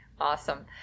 Awesome